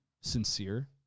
sincere